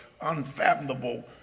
unfathomable